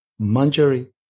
Manjari